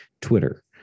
Twitter